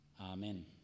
amen